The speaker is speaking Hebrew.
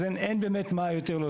אז אין יותר מה להוסיף.